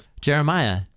Jeremiah